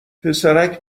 پسرک